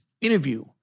interview